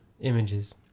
Images